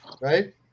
right